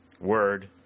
Word